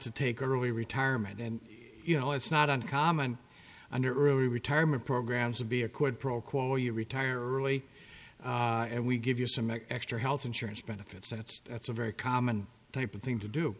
to take early retirement and you know it's not uncommon under early retirement programs to be a quid pro quo you retire early and we give you some extra health insurance benefits that's that's a very common type of thing to do